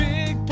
Big